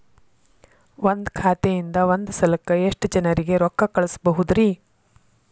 ಒಂದ್ ಖಾತೆಯಿಂದ, ಒಂದ್ ಸಲಕ್ಕ ಎಷ್ಟ ಜನರಿಗೆ ರೊಕ್ಕ ಕಳಸಬಹುದ್ರಿ?